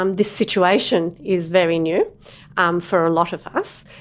um this situation is very new um for a lot of us.